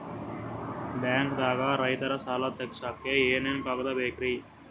ಬ್ಯಾಂಕ್ದಾಗ ರೈತರ ಸಾಲ ತಗ್ಸಕ್ಕೆ ಏನೇನ್ ಕಾಗ್ದ ಬೇಕ್ರಿ?